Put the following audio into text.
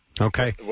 Okay